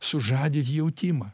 sužadyt jautimą